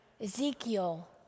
Ezekiel